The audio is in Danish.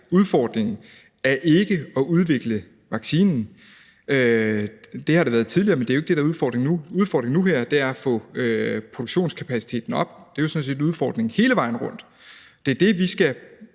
udfordringen, er ikke at udvikle vaccinen. Det har det været tidligere, men det er jo ikke det, der er udfordringen nu. Udfordringen nu her er at få produktionskapaciteten op, og det er jo sådan set udfordringen hele vejen rundt. Det er det, vi skal